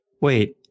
wait